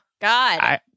God